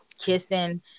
kissing